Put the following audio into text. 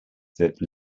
that